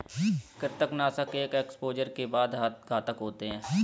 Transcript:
कृंतकनाशक एक एक्सपोजर के बाद घातक होते हैं